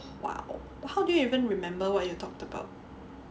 !wow! how do you even remember what you talked about